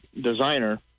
designer